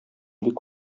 бик